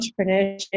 entrepreneurship